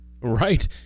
Right